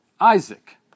Isaac